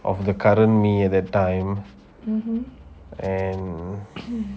of the current me at that time and